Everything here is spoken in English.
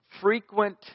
frequent